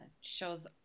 shows